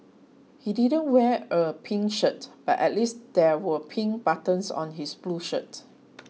he didn't wear a pink shirt but at least there were pink buttons on his blue shirt